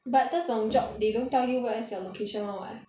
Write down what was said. but 这种 job they don't tell you where's your location [one] [what]